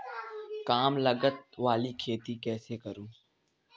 कम लागत वाली खेती कैसे करें?